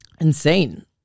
insane